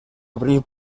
abril